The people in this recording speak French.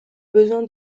besoin